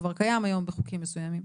שכבר קיים היום בחוקים מסוימים,